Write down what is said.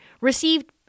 received